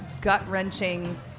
gut-wrenching